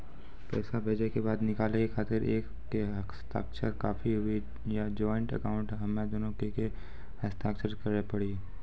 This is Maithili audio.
पैसा भेजै के बाद निकाले के खातिर एक के हस्ताक्षर काफी हुई या ज्वाइंट अकाउंट हम्मे दुनो के के हस्ताक्षर करे पड़ी?